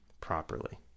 properly